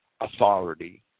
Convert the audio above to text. authority